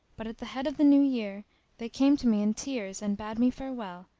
but at the head of the new year they came to me in tears and bade me farewell,